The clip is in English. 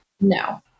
No